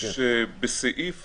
שבסעיף